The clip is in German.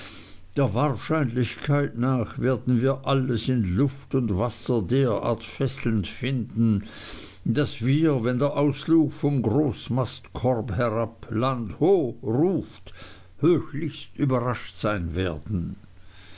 der wahrscheinlichkeit nach werden wir alles in luft und wasser derart fesselnd finden daß wir wenn der auslug vom großmastkorb herab land ho ruft höchlichst überrascht sein werden